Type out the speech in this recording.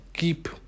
Keep